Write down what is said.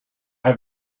have